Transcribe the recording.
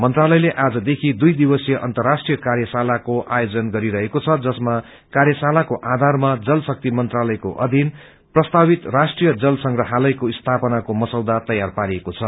मंत्रालयले आज देखि दुई दिवसीय अन्तराष्ट्रिय कार्यशालाकोआयोजन गरिरहेको छ जसामा काम्रशालाको आधारमा जलशक्ति मंत्रालयको अधीन प्रस्तावित राष्ट्रिय जल संग्रहालयको स्थापनाको पसौदा तैयार पारिनेछ